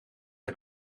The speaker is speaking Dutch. hij